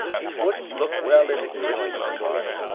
it wouldn't look well in a christmas card.